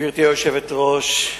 גברתי היושבת-ראש,